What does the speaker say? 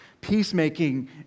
Peacemaking